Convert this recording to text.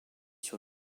sur